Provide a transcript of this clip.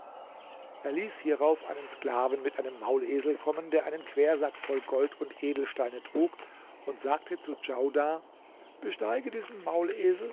er ließ hierauf einen sklaven mit einem maulesel kommen der einen quersack voll gold und edelsteine trug und sagte zu djaudar besteige diesen